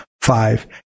Five